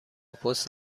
پست